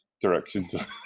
directions